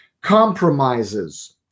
compromises